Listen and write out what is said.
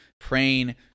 praying